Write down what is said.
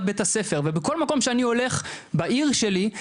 בית הספר ולכל מקום שאני הולך בעיר שלי,